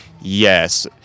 yes